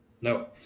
No